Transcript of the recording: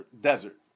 desert